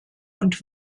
und